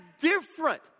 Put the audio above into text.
different